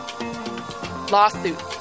Lawsuit